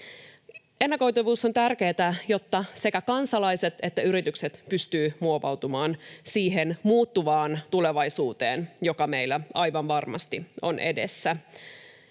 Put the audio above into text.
Ennakoitavuus on tärkeätä, jotta sekä kansalaiset että yritykset pystyvät muovautumaan siihen muuttuvaan tulevaisuuteen, joka meillä aivan varmasti on edessä.